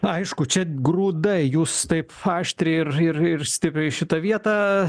aišku čia grūdai jūs taip aštriai ir ir ir stipriai šitą vietą